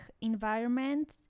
environment